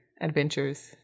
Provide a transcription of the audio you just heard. adventures